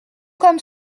comme